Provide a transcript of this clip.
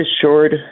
assured